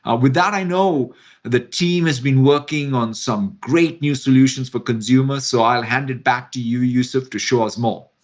ah with that, i know the team has been working on some great new solutions for consumers. so i'll hand it back to you yusuf to show us more.